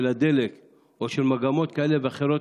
של הדלק או מגמות כאלה ואחרות,